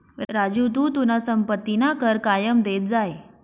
राजू तू तुना संपत्तीना कर कायम देत जाय